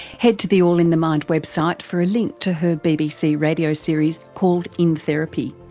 head to the all in the mind website for a link to her bbc radio series, called in therapy,